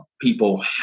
people